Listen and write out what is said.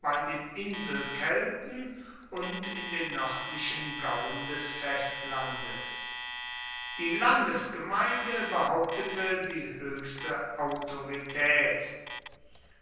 bei den inselkelten und in den nördlichen gauen des festlandes die landesgemeinde behauptete die höchste autorität